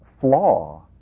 flaw